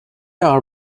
are